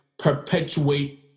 perpetuate